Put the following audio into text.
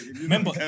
Remember